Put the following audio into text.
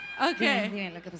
Okay